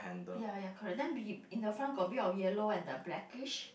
ya ya correct then be in the front got a bit of yellow and the blackish